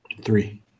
Three